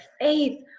faith